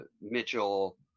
Mitchell